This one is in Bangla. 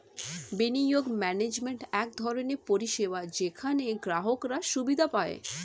বিনিয়োগ ম্যানেজমেন্ট এক ধরনের পরিষেবা যেখানে গ্রাহকরা সুবিধা পায়